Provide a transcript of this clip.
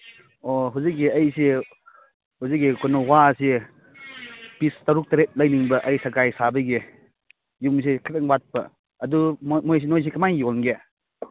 ꯑꯣ ꯍꯧꯖꯤꯛꯀꯤ ꯑꯩꯁꯤ ꯍꯧꯖꯤꯛꯀꯤ ꯑꯩꯈꯣꯏꯅ ꯋꯥꯁꯤ ꯄꯤꯁ ꯇꯔꯨꯛ ꯇꯔꯦꯠ ꯂꯩꯅꯤꯡꯕ ꯑꯩ ꯁꯒꯥꯏ ꯁꯥꯕꯒꯤ ꯌꯨꯝꯁꯤ ꯈꯤꯇꯪ ꯋꯥꯠꯄ ꯑꯗꯨ ꯃꯣꯏ ꯅꯣꯏꯁꯤ ꯀꯃꯥꯏꯅ ꯌꯣꯟꯒꯦ